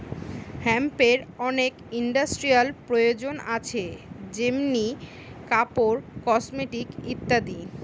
হেম্পের অনেক ইন্ডাস্ট্রিয়াল প্রয়োজন আছে যেমনি কাপড়, কসমেটিকস ইত্যাদি